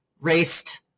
raced